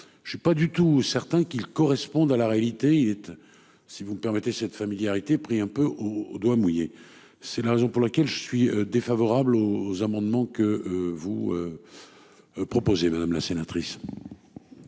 Je ai pas du tout certain qu'ils correspondent à la réalité. Il était si vous me permettez cette familiarité pris un peu au doigt mouillé. C'est la raison pour laquelle je suis défavorable aux amendements que vous. Proposez madame la sénatrice.